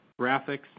graphics